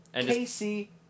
Casey